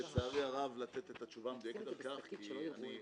לצערי הרב, לתת את התשובה המדויקת על כך כי אנחנו